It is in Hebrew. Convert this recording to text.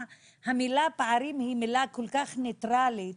המילה פערים היא מילה כל כך ניטרלית